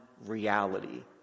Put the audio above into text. reality